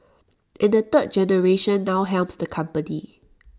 and the third generation now helms the company